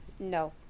No